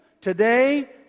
Today